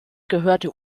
gehörte